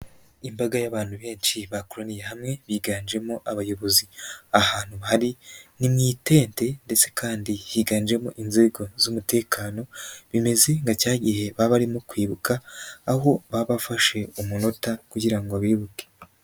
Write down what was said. Imbaga y'abantu benshi bakoraniye hamwe biganjemo abayobozi, ahantu bri ni mu itente ndetse kandi higanjemo inzego z'umutekano, bimeze nka cya gihe baba barimo kwibuka aho baba bafashe umunota kugira ngo bibuke.